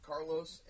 Carlos